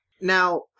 Now